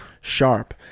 sharp